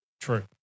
True